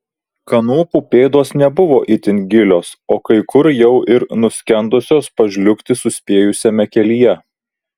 kanopų pėdos nebuvo itin gilios o kai kur jau ir nuskendusios pažliugti suspėjusiame kelyje